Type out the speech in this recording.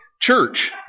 Church